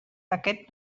aquest